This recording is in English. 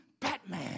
Batman